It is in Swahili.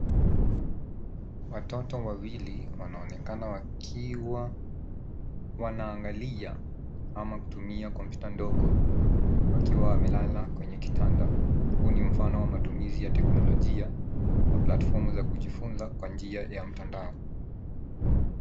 Watoto wawili wanaonekana wakiwa wanaangalia ama kutumia kompyuta ndogo wakiwa wamelala kwenye kitanda. Huu ni mfano wa matumizi ya teknolojia na platfomu za kujifunza kwa njia ya mtandao.